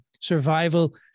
survival